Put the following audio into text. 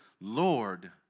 Lord